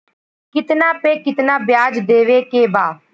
कितना पे कितना व्याज देवे के बा?